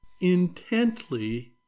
intently